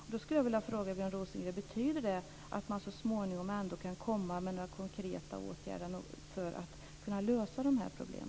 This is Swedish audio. Jag skulle vilja fråga Björn Rosengren om det betyder att man så småningom ändå kan komma med några konkreta åtgärder för att lösa dessa problem.